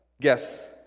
guess